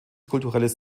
kulturelles